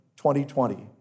2020